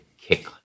kick